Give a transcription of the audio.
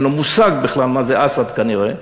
אין לו מושג בכלל מה זה אסד כנראה.